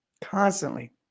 Constantly